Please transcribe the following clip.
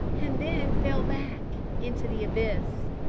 and then fell back into the abyss.